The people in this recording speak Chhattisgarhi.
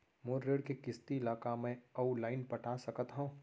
मोर ऋण के किसती ला का मैं अऊ लाइन पटा सकत हव?